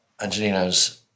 Angelino's